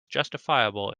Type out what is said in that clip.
justifiable